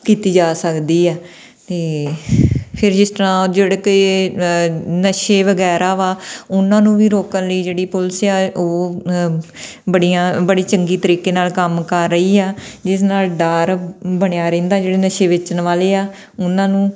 ਕੀਤੀ ਜਾ ਸਕਦੀ ਆ ਅਤੇ ਫਿਰ ਜਿਸ ਤਰ੍ਹਾਂ ਜਿਹੜੇ ਕਿ ਨਸ਼ੇ ਵਗੈਰਾ ਵਾ ਉਹਨਾਂ ਨੂੰ ਵੀ ਰੋਕਣ ਲਈ ਜਿਹੜੀ ਪੁਲਿਸ ਆ ਉਹ ਬੜੀਆਂ ਬੜੀ ਚੰਗੀ ਤਰੀਕੇ ਨਾਲ ਕੰਮ ਕਰ ਰਹੀ ਆ ਜਿਸ ਨਾਲ ਡਰ ਬਣਿਆ ਰਹਿੰਦਾ ਜਿਹੜੇ ਨਸ਼ੇ ਵੇਚਣ ਵਾਲੇ ਆ ਉਹਨਾਂ ਨੂੰ